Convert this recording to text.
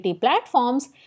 platforms